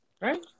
Right